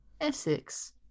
Essex